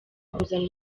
kuzana